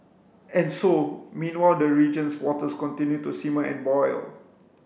and so meanwhile the region's waters continue to simmer and boil